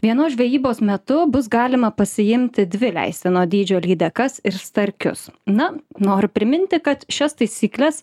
vienos žvejybos metu bus galima pasiimti dvi leistino dydžio lydekas ir starkius na noriu priminti kad šias taisykles